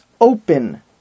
open